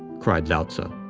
cried lao-tzu.